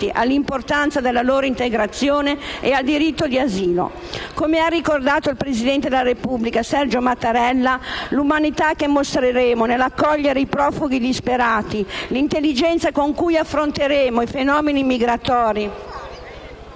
all'importanza della loro integrazione e al diritto di asilo. Come ha ricordato il presidente della Repubblica, Sergio Mattarella, «L'umanità che mostreremo nell'accogliere i profughi disperati, l'intelligenza con cui affronteremo i fenomeni migratori,